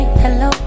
hello